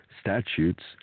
statutes